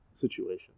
situation